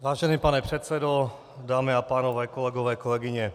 Vážený pane předsedo, dámy a pánové, kolegové a kolegyně.